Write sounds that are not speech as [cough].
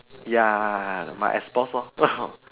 ya my ex boss lor [laughs]